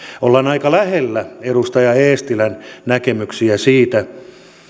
ollaan aika lähellä edustaja eestilän näkemyksiä siitä